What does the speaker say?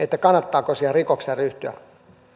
kannattaako siihen rikokseen ryhtyä